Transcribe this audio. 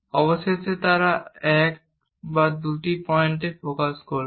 অবশেষে তারা এই লাইনের এক বা দুটি পয়েন্টে ফোকাস করবে